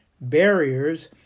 barriers